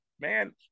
man